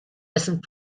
dessen